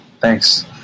Thanks